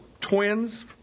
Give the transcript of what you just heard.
twins